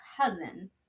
cousin